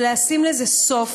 ולשים לזה סוף,